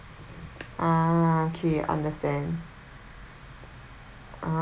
okay understand